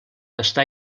està